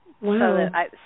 Wow